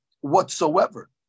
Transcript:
whatsoever